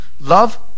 Love